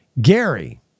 Gary